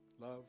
love